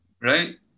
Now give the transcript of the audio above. right